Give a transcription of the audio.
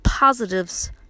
positives